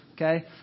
Okay